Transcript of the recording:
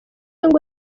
ngo